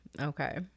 Okay